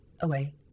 away